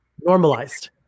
normalized